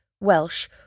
Welsh